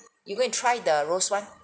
you go and try the roast one